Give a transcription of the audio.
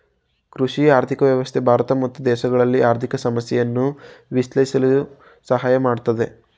ಕೃಷಿ ಆರ್ಥಿಕ ವ್ಯವಸ್ಥೆ ಭಾರತ ಮತ್ತು ವಿದೇಶಗಳ ಆರ್ಥಿಕ ಸಮಸ್ಯೆಯನ್ನು ವಿಶ್ಲೇಷಿಸಲು ಸಹಾಯ ಮಾಡುತ್ತದೆ